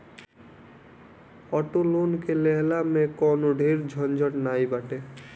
auto loan के लेहला में कवनो ढेर झंझट नाइ बाटे